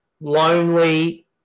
lonely